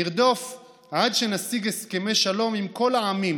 נרדוף עד שנשיג הסכמי שלום עם כל העמים,